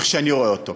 איך שאני רואה אותו,